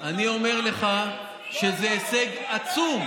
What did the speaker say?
אני אומר לך שזה הישג עצום,